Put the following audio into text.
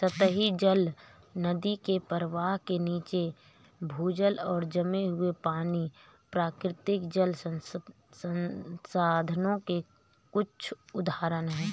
सतही जल, नदी के प्रवाह के नीचे, भूजल और जमे हुए पानी, प्राकृतिक जल संसाधनों के कुछ उदाहरण हैं